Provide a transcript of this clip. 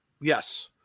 yes